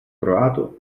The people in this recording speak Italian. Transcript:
croato